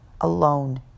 alone